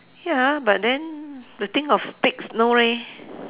ya but then the think of steaks no leh